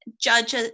judge